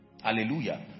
Hallelujah